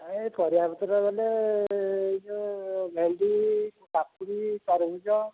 ଏ ପରିବାପତର ବୋଲେ ଏଇ ଯୋଉ ଭେଣ୍ଡି କାକୁଡ଼ି ତରଭୂଜ